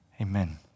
Amen